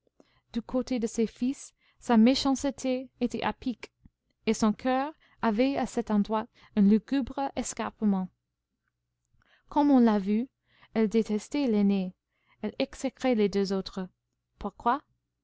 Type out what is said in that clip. du côté de ses fils sa méchanceté était à pic et son coeur avait à cet endroit un lugubre escarpement comme on l'a vu elle détestait l'aîné elle exécrait les deux autres pourquoi